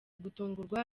gutungurwa